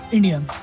Indian